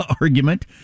argument